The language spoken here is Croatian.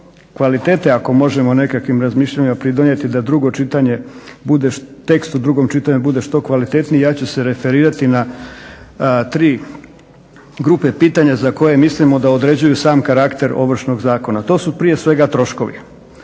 kvalitete ako možemo nekakvim razmišljanjima pridonijeti da drugo čitanje bude, tekst u drugom čitanju bude što kvalitetniji i ja ću se referirati na tri grupe pitanja za koje mislimo da određuju sam karakter Ovršnog zakona. To su prije svega troškovi.